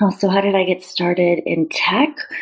um so how did i get started in tech?